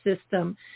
system